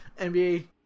NBA